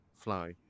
fly